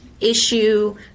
issue